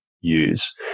use